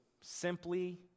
simply